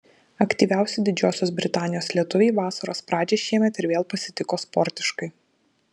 aktyviausi didžiosios britanijos lietuviai vasaros pradžią šiemet ir vėl pasitiko sportiškai